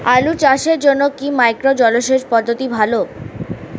আলু চাষের জন্য কি মাইক্রো জলসেচ পদ্ধতি ভালো?